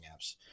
apps